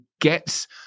gets-